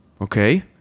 Okay